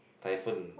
typhoon